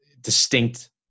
distinct